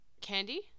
Candy